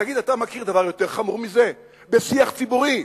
תגיד, אתה מכיר דבר יותר חמור מזה בשיח ציבורי?